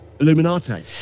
Illuminati